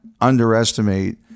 underestimate